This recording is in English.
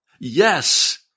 Yes